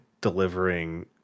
delivering